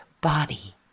body